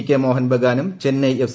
ഉക് ് മോഹൻ ബഗാനും ചെന്നൈ എഫ്